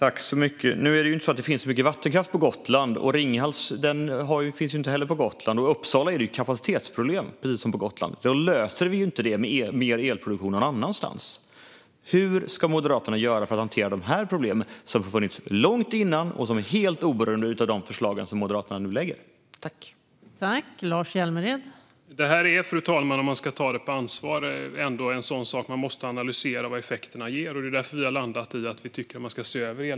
Fru talman! Det finns ju inte så mycket vattenkraft på Gotland, och Ringhals finns inte heller där. I Uppsala är det kapacitetsproblem, precis som på Gotland. Det löser vi inte med mer elproduktion någon annanstans. Hur ska Moderaterna göra för att hantera dessa problem, som funnits långt innan och är helt oberoende av de förslag som Moderaterna nu lägger fram?